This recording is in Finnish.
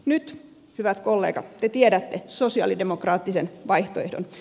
nyt hyvät kollegat te tiedätte sosialidemokraattisen vaihtoehdon